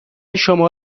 شما